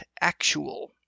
Actual